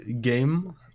game